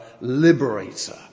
liberator